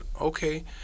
okay